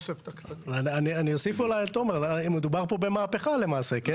אני אוסיף אולי על תומר, מדובר פה במהפכה למעשה.